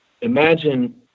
imagine